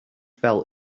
felt